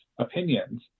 opinions